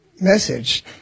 message